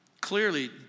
Clearly